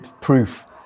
proof